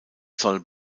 soll